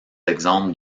exemples